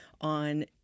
on